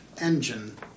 engine